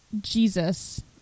Jesus